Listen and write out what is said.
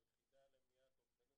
היחידה למניעת אובדנות,